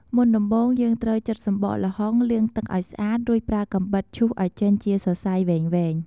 មុនដំបូង យើងត្រូវចិតសម្បកល្ហុង លាងទឹកឲ្យស្អាត រួចប្រើកាំបិតឈូសឲ្យចេញជាសរសៃវែងៗ។